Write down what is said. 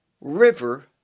river